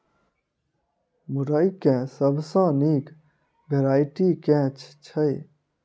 मुरई केँ सबसँ निक वैरायटी केँ छै?